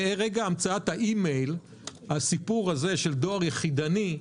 מאז המצאת האימייל הסיפור הזה של דואר יחידני,